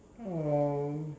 oh